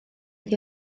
iddi